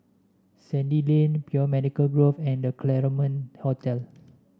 Sandy Lane Biomedical Grove and The Claremont Hotel